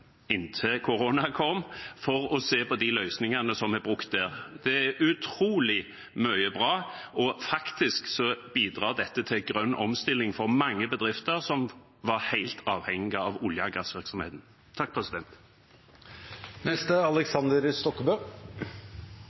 kom – for å se på de løsningene som er brukt der. Det er utrolig mye bra, og faktisk bidrar dette til grønn omstilling for mange bedrifter som var helt avhengig av olje- og gassvirksomheten.